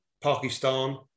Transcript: Pakistan